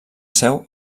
seu